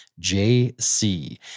JC